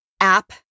app